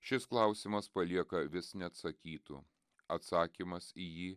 šis klausimas palieka vis neatsakytų atsakymas į jį